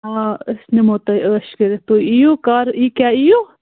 آ أسۍ نِمو تُہۍ ٲش کٔرِتھ تُہۍ یِیِو کَر یہِ کیٛاہ یِیِو